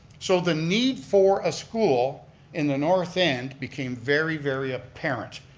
so the need for a school in the north end became very, very apparent.